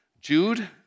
Jude